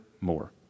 more